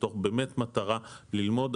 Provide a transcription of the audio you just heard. מתוך באמת מטרה ללמוד.